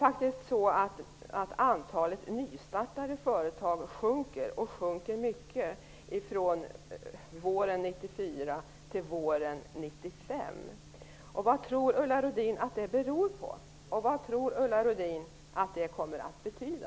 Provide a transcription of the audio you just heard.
Antalet nystartade företag sjönk, och sjönk mycket, från våren 1994 till våren 1995. Vad tror Ulla Rudin att det beror på, och vad tror Ulla Rudin att det kommer att betyda?